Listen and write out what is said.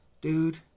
Dude